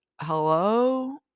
hello